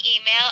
email